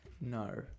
No